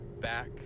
back